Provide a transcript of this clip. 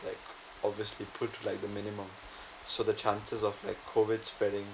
like obviously put like the minimum so the chances of like COVID spreading